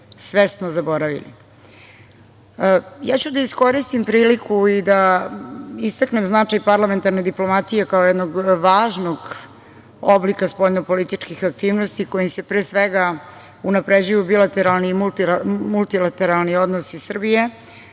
svesno zaboravili. Iskoristiću priliku i da istaknem značaj parlamentarne diplomatije kao jednog važnog oblika spoljnopolitičkih aktivnosti kojim se pre svega unapređuju bilateralni i multilateralni odnosi Srbije